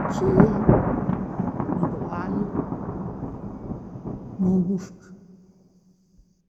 Kihihi, nebuwayo, no'